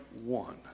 one